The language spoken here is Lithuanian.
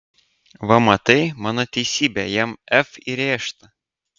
va matai mano teisybė jam f įrėžta